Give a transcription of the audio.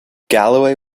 galloway